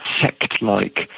sect-like